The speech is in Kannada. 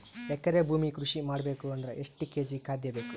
ಎಕರೆ ಭೂಮಿ ಕೃಷಿ ಮಾಡಬೇಕು ಅಂದ್ರ ಎಷ್ಟ ಕೇಜಿ ಖಾದ್ಯ ಬೇಕು?